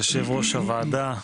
יושב-ראש הוועדה,